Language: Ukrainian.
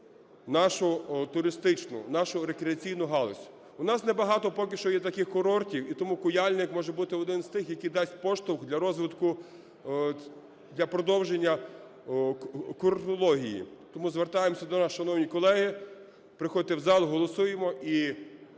нашу туристичну, нашу рекреаційну галузь. У нас небагато поки що є таких курортів і тому Куяльник може бути один з тих, який дасть поштовх для розвитку, для продовження курортології. Тому звертаємося до вас, шановні колеги, приходьте в зал, голосуємо і